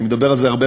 אני מדבר על זה הרבה,